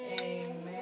Amen